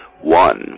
one